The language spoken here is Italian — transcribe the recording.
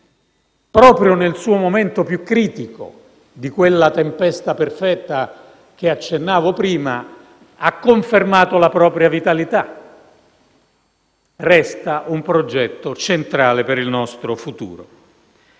proprio nel suo momento più critico, di quella tempesta perfetta cui accennavo prima, ha confermato la propria vitalità: resta un progetto centrale per il nostro futuro.